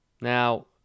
Now